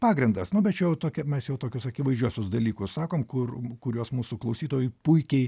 pagrindas nu bet čia jau tokia mes jau tokius akivaizdžiuosius dalykus sakom kur kuriuos mūsų klausytojai puikiai